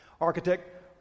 Architect